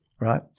right